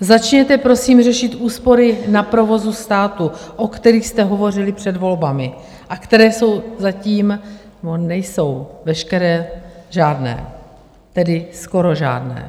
Začněte prosím řešit úspory na provozu státu, o kterých jste hovořili před volbami a které jsou zatím nebo nejsou veškeré žádné, tedy skoro žádné.